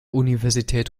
universität